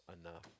enough